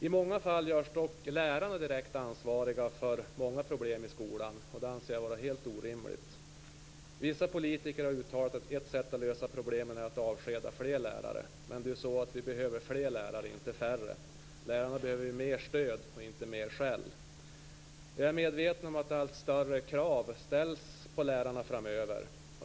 I många fall görs dock lärarna direkt ansvariga för flera problem i skolan. Det anser jag vara helt orimligt. Vissa politiker har uttalat att ett sätt att lösa problemen är att avskeda fler lärare. Men vi behöver fler lärare, inte färre. Lärarna behöver mer stöd och inte mer skäll. Jag är medveten om att allt större krav ställs på lärarna framöver.